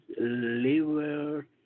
liver